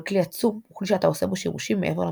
אבל כלי עצום הוא כלי שאתה עושה בו שימושים מעבר למצופה.